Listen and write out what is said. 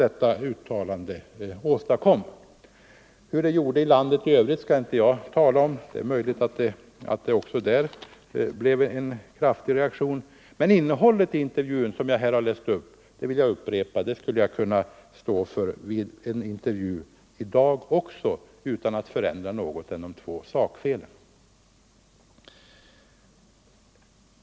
Hurudan effekten var ute i landet i övrigt skall jag inte uttala mig om. Det är möjligt att man också där fick en kraftig reaktion. Men innehållet i den intervju som jag här har läst upp skulle 87 jag kunna stå för vid en intervju i dag också utan att ändra något annat än de två sakfelen.